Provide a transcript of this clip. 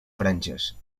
franges